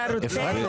הוא לא